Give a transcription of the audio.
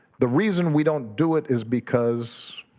the reason we don't do it is because